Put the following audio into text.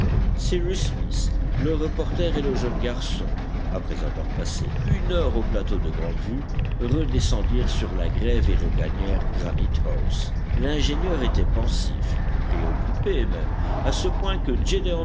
cyrus smith le reporter et le jeune garçon après avoir passé une heure au plateau de grande vue redescendirent sur la grève et regagnèrent granite house l'ingénieur était pensif préoccupé même à ce point que